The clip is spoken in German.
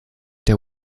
der